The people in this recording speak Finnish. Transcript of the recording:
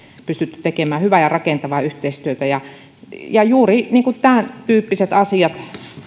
pystytty tekemään hyvää ja rakentavaa yhteistyötä juuri tämäntyyppiset asiat